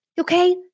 okay